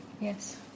yes